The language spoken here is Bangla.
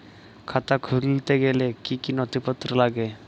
খাতা খুলতে গেলে কি কি নথিপত্র লাগে?